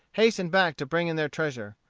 hastened back to bring in their treasure.